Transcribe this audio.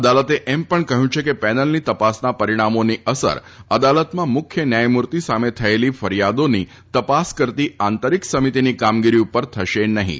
અદાલતે એમ પણ જણાવ્યું છે કે પેનલની તપાસના પરીણામોની અસર અદાલતમાં મુખ્ય ન્યાયમૂર્તિ સામે થયેલી ફરિયાદોની તપાસ કરતી આંતરીક સમિતિની કામગીરી ઉપર થશે નફીં